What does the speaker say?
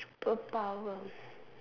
~perpower